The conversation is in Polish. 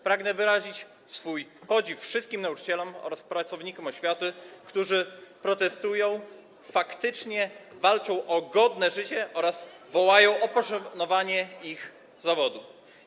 Pragnę wyrazić swój podziw dla wszystkich nauczycieli oraz pracowników oświaty, którzy protestują, faktycznie walczą o godne życie oraz wołają o poszanowanie ich zawodu.